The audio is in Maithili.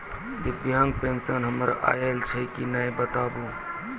दिव्यांग पेंशन हमर आयल छै कि नैय बताबू?